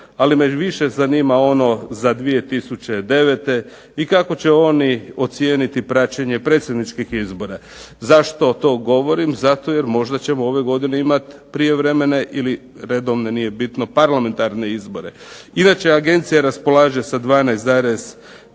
ali me više zanima ono za 2009. i kako će oni ocijeniti praćenje predsjedničkih izbora. Zašto to govorim? Zato jer možda ćemo ove godine imati prijevremene ili redovne, nije bitno, parlamentarne izbore. Inače, agencija raspolaže sa 12,5